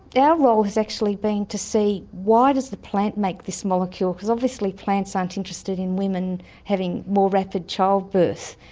our role has actually been to see why does the plant make this molecule, because obviously plants aren't interested in women having more rapid childbirth,